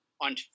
on